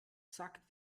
sagt